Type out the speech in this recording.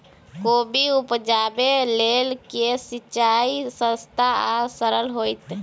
कोबी उपजाबे लेल केँ सिंचाई सस्ता आ सरल हेतइ?